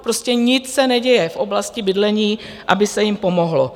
Prostě nic se neděje v oblasti bydlení, aby se jim pomohlo.